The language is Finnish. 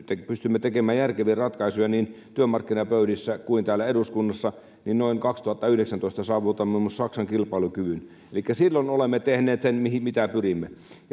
pystymme tekemään järkeviä ratkaisuja niin työmarkkinapöydissä kuin täällä eduskunnassakin niin noin kaksituhattayhdeksäntoista saavutamme saksan kilpailukyvyn elikkä silloin olemme tehneet sen mihin pyrimme